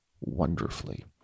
wonderfully